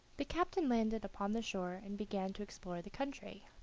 the captain landed upon the shore and began to explore the country.